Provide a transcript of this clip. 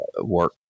work